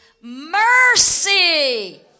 mercy